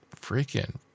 freaking